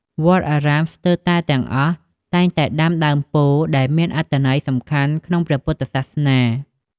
វត្តអារាមស្ទើរតែទាំងអស់តែងតែដាំដើមពោធិ៍ ដែលមានអត្ថន័យសំខាន់ក្នុងព្រះពុទ្ធសាសនា។